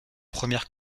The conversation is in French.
premières